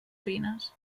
fines